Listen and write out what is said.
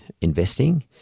investing